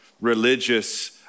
religious